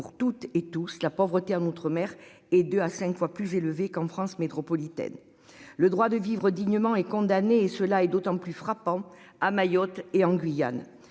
pour toutes et tous la pauvreté en Outre-mer et 2 à 5 fois plus élevé qu'en France métropolitaine, le droit de vivre dignement et condamné et cela est d'autant plus frappant à Mayotte et en Guyane,